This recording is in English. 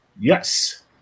Yes